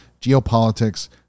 geopolitics